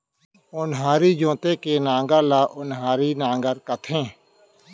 ओन्हारी जोते के नांगर ल ओन्हारी नांगर कथें